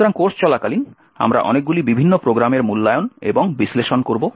সুতরাং কোর্স চলাকালীন আমরা অনেকগুলি বিভিন্ন প্রোগ্রামের মূল্যায়ন এবং বিশ্লেষণ করব